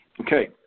Okay